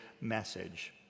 message